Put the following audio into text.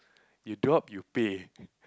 you drop you pay